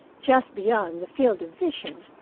just beyond the field of vision,